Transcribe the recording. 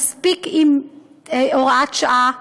מספיק עם הוראת שעה.